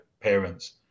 parents